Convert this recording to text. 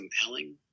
compelling